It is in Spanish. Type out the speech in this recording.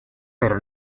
pero